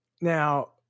Now